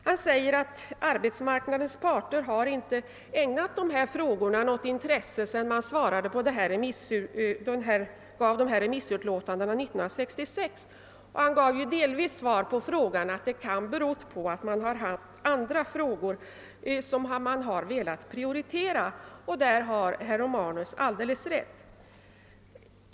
Han sade att arbetsmarknadens parter inte hade ägnat de här frågorna något intresse sedan remissutlåtandena lämnades år 1966. Han angav delvis själv motivet genom att säga att det i viss mån kan ha berott på att man velat prioritera andra frågor. Herr Romanus har alldeles rätt i detta.